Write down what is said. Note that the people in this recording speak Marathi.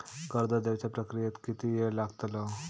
कर्ज देवच्या प्रक्रियेत किती येळ लागतलो?